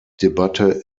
debatte